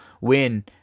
win